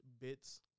bits